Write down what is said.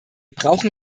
brauchen